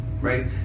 right